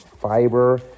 fiber